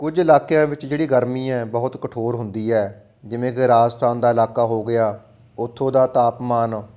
ਕੁਝ ਇਲਾਕਿਆਂ ਵਿੱਚ ਜਿਹੜੀ ਗਰਮੀ ਹੈ ਬਹੁਤ ਕਠੋਰ ਹੁੰਦੀ ਹੈ ਜਿਵੇਂ ਕਿ ਰਾਜਸਥਾਨ ਦਾ ਇਲਾਕਾ ਹੋ ਗਿਆ ਉੱਥੋਂ ਦਾ ਤਾਪਮਾਨ